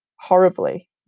horribly